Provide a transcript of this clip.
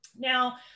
Now